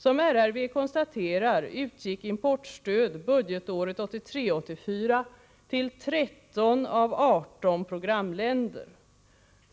Som RRV konstaterar utgick importstöd budgetåret 1983/84 till 13 av 18 programländer.